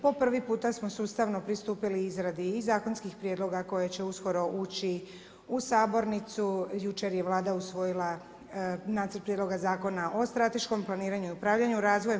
Po prvi puta smo sustavno pristupili izradi i zakonskih prijedloga koje će uskoro ući u sabornicu, jučer je Vlada usvojila nacrt prijedloga Zakona o strateškom planiranju i upravljanju razvojem.